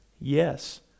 Yes